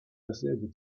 dasselbe